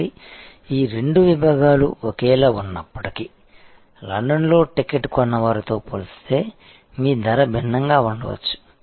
కాబట్టి ఈ రెండు విభాగాలు ఒకేలా ఉన్నప్పటికీ లండన్లో టికెట్ కొన్న వారితో పోలిస్తే మీ ధర భిన్నంగా ఉండవచ్చు